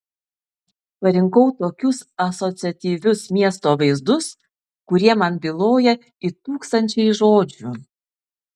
parinkau tokius asociatyvius miesto vaizdus kurie man byloja it tūkstančiai žodžių